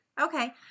Okay